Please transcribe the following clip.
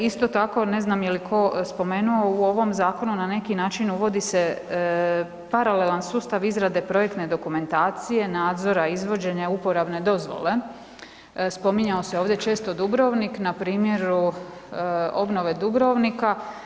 Isto tako, ne znam je li tko spomenuo, u ovom zakonu, na neki način uvodi se paralelan sustav izrade projektne dokumentacije nadzora, izvođenja, uporabne dozvole, spominjao se ovdje često Dubrovnik na primjeru obnove Dubrovnika.